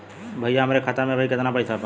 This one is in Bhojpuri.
भईया हमरे खाता में अबहीं केतना पैसा बा?